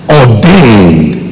ordained